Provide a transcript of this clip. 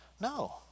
No